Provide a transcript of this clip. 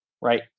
right